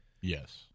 yes